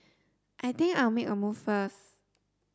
I think I'll make a move first